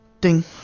Ding